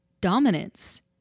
dominance